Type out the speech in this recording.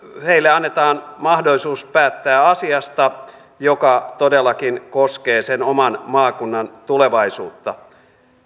heille annetaan mahdollisuus päättää asiasta joka todellakin koskee sen oman maakunnan tulevaisuutta